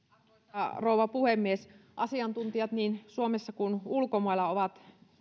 arvoisa rouva puhemies asiantuntijat niin suomessa kuin ulkomailla ovat